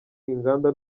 inganda